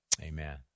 Amen